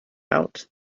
out